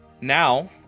Now